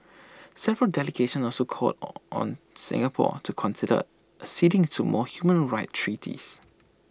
several delegations also called on Singapore to consider acceding to more human rights treaties